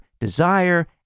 desire